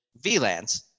VLANs